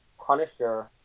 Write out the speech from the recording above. Punisher